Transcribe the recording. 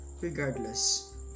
regardless